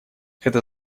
это